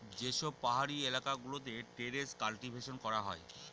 যে সব পাহাড়ি এলাকা গুলোতে টেরেস কাল্টিভেশন করা হয়